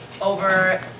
over